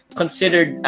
considered